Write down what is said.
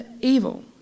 evil